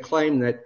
claim that